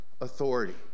authority